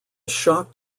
shocked